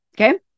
Okay